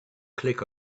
click